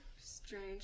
strange